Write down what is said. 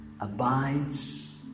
abides